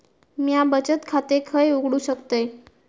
म्या बचत खाते खय उघडू शकतय?